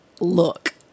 look